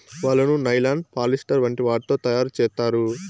వలను nylon, polyester వంటి వాటితో తయారు చేత్తారు